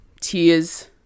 tears